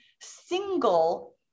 single